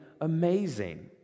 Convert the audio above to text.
amazing